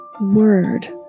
word